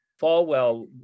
Falwell